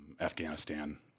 Afghanistan